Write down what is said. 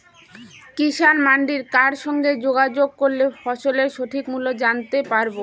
কিষান মান্ডির কার সঙ্গে যোগাযোগ করলে ফসলের সঠিক মূল্য জানতে পারবো?